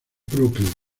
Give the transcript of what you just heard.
brooklyn